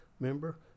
remember